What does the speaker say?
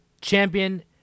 champion